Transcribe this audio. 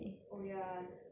也是 hor